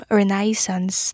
renaissance